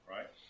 Right